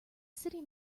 city